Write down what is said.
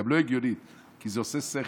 זה גם לא הגיוני, כי זה עושה שכל.